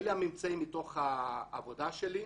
אלה הממצאים מתוך העבודה שלי.